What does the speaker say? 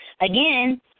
again